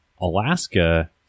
Alaska